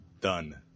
done